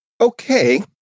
Okay